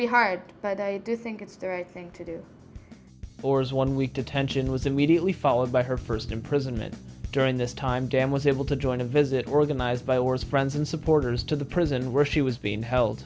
be hard but i do think it's the right thing to do or is one week detention was immediately followed by her first imprisonment during this time dan was able to join a visit organized by words friends and supporters to the prison where she was being held